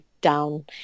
down